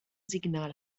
signal